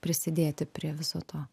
prisidėti prie viso to